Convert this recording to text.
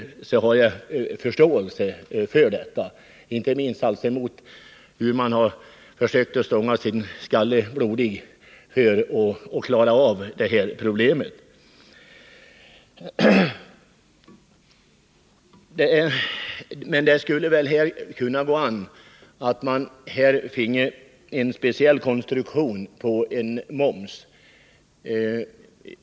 Jag har viss förståelse för det, inte minst mot bakgrund av att man nästan stångat sin skalle blodig för att klara av det här problemet. Men skulle det inte vara möjligt att här ha en moms av speciell konstruktion?